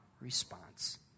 response